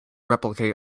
replicate